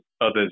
others